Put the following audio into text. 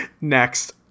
Next